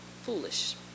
foolish